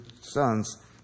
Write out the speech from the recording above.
sons